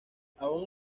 aun